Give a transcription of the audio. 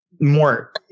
more